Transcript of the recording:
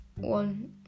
one